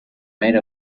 made